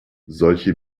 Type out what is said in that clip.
solche